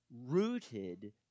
rooted